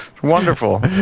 Wonderful